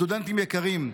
סטודנטים יקרים,